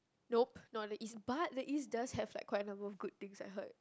nope not the East but the East does have like quite a number of good things I heard